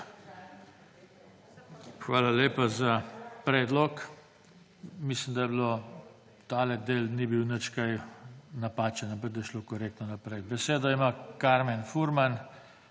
Hvala lepa za predlog. Mislim, da tale del ni bil nič kaj napačen, ampak da je šlo korektno naprej. Besedo ima Karmen Furman